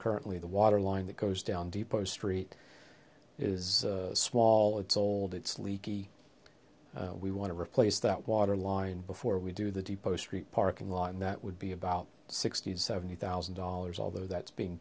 currently the water line that goes down depot street is small it's old it's leaky we want to replace that water line before we do the depot street parking lot and that would be about sixty seventy thousand dollars although that's being